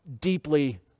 deeply